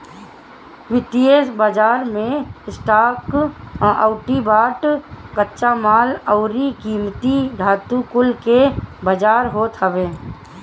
वित्तीय बाजार मे स्टॉक अउरी बांड, कच्चा माल अउरी कीमती धातु कुल के बाजार होत हवे